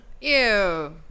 Ew